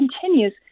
continues